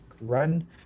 run